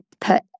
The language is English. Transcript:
put